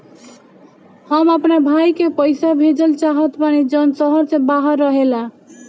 हम अपना भाई के पइसा भेजल चाहत बानी जउन शहर से बाहर रहेला